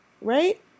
Right